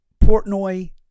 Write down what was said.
Portnoy